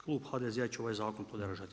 Klub HDZ-a će ovaj zakon podržati.